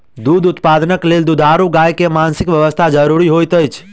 दूध उत्पादनक लेल दुधारू गाय के मानसिक स्वास्थ्य ज़रूरी होइत अछि